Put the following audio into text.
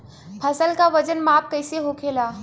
फसल का वजन माप कैसे होखेला?